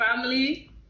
family